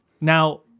Now